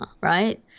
right